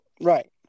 Right